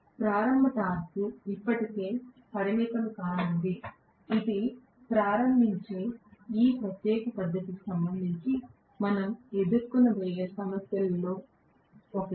ప్రారంభ టార్క్ ఇప్పటికీ పరిమితం కానుంది ఇది ప్రారంభించే ఈ ప్రత్యేక పద్ధతికి సంబంధించి మనం ఎదుర్కోబోయే సమస్యలలో ఒకటి